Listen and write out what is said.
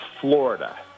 florida